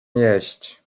jeść